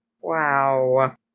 wow